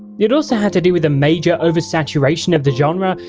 it also had to do with a major oversaturation of the genre,